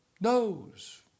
knows